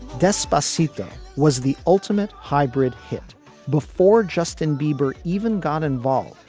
despot's seato was the ultimate hybrid hit before justin bieber even got involved.